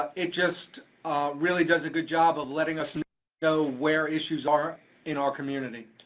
it just really does a good job of letting us and know where issues are in our community.